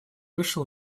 вышел